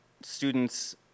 students